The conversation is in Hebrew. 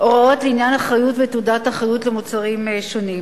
הוראות לעניין אחריות ותעודת אחריות למוצרים שונים.